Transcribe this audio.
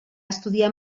estudiar